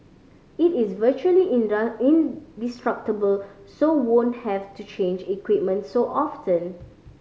it is virtually indestructible so won't have to change equipment so often